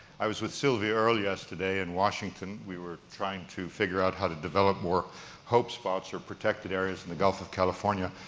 i was with sylvia earlier yesterday in washington. we were trying to figure out how to develop more hope spots or protected areas in the gulf of california.